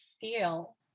feel